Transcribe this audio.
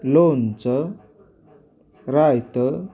लोणचं रायता